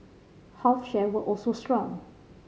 health share were also strong